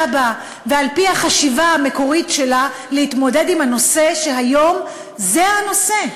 בה ועל-פי החשיבה המקורית שלה להתמודד עם הנושא שהיום הוא הנושא.